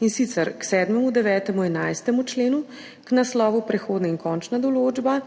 in sicer k 7., 9., 11. členu, k naslovu Prehodna in končna določba,